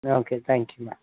ஆ okay தேங்க்யூம்மா